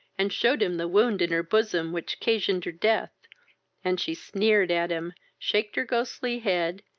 and shewed him the wound in her bosom which casioned her death and she sneered at him, shaked her ghostly head,